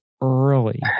early